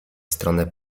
stronę